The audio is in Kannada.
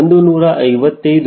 155 kmh